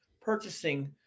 purchasing